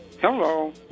Hello